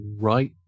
right